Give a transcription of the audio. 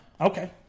Okay